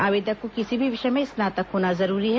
आवेदक को किसी भी विषय में स्नातक होना जरूरी है